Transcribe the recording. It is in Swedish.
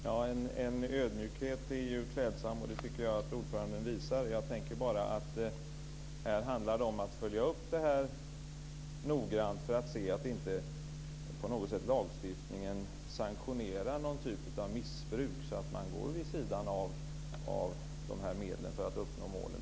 Fru talman! En ödmjukhet är ju klädsam, och en sådan tycker jag att ordföranden visar. Jag tänker bara på att det handlar om att följa upp det här noggrant för att se att inte lagstiftningen på något sätt sanktionerar någon typ av missbruk, så att man går vid sidan av de här medlen för att uppnå målen.